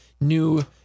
new